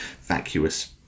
vacuous